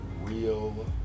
real